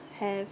have